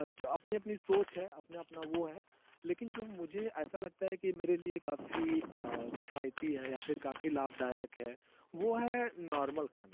की आपनी अपनी सोच है अपना अपना वो है लेकिन जो मुझे ऐसा लगता है कि मेरे लिए काफ़ी किफ़ायती है या फिर काफ़ी लाभदायक है वो है नॉर्मल खाना